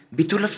(תיקון,